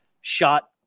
shot